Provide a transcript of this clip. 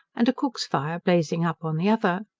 and a cook's fire blazing up on the other.